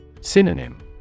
Synonym